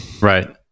Right